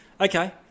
Okay